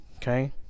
Okay